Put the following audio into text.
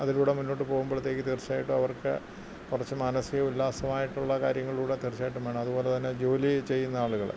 അതിലൂടെ മുന്നോട്ട് പോകുമ്പോഴത്തേക്ക് തീർച്ചയായിട്ടും അവർക്ക് കുറച്ച് മാനസിക ഉല്ലാസമായിട്ടുള്ള കാര്യങ്ങളിലൂടെ തീർച്ചയായിട്ടും വേണം അതുപോലെ തന്നെ ജോലി ചെയ്യുന്ന ആളുകള്